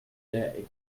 day